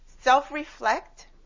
self-reflect